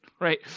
right